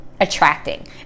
attracting